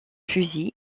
fusil